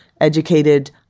educated